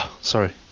Sorry